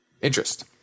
interest